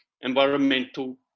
environmental